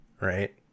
right